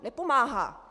Nepomáhá.